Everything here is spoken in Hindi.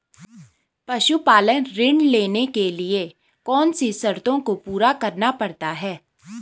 पशुपालन ऋण लेने के लिए कौन सी शर्तों को पूरा करना पड़ता है?